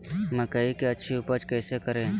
मकई की अच्छी उपज कैसे करे?